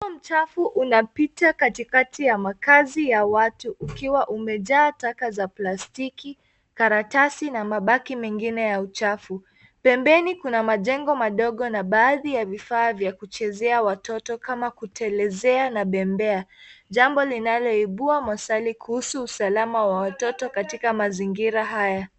Mto mchafu unapita katikati ya makazi ya watu ukiwa umejaa taka za plastiki, karatasi na mabaki mengine ya uchafu. Pembeni kuna majengo madogo na baadhi ya vifaa vya kuchezea watoto kama kutelezea na bembea. Jambo linaloibua maswali kuhusu usalama wa watoto katika mazingira haya.